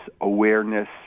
awareness